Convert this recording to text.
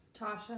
Tasha